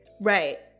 right